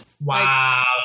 Wow